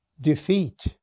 defeat